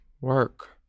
Work